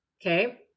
okay